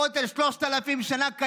הכותל קיים שלושת אלפים שנה,